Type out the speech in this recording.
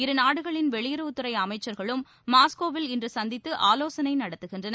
இரு நாடுகளின் வெளியுறவுத் துறை அமைக்சர்களும் மாஸ்கோவில் இன்று சந்தித்து ஆவோசனை நடத்துகின்றனர்